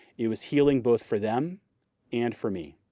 it was healing both for them and for me.